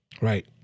Right